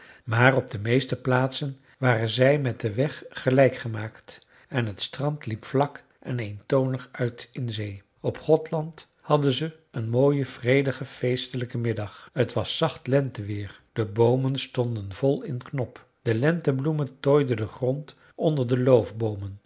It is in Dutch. maar op de meeste plaatsen waren zij met den weg gelijk gemaakt en het strand liep vlak en eentonig uit in zee op gothland hadden ze een mooien vredigen feestelijken middag t was zacht lenteweer de boomen stonden vol in knop de lentebloemen tooiden den grond onder de